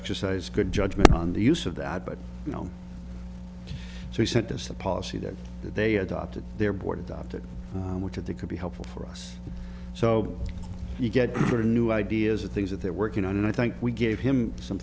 exercise good judgment on the use of that but you know so he sent us a policy that they adopted their board adopted which are they could be helpful for us so you get your new ideas the things that they're working on and i think we gave him some